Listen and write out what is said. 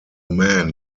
man